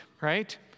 right